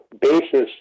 basis